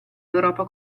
europa